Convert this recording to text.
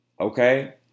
Okay